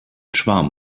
schwarm